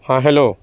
ہاں ہیلو